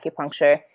acupuncture